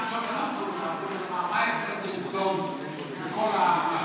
אנחנו שאלנו: מה ההבדל בין סדום לבין כל האחרים?